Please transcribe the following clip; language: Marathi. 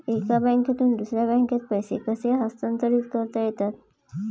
एका बँकेतून दुसऱ्या बँकेत पैसे कसे हस्तांतरित करता येतात?